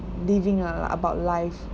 living uh about life